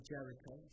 Jericho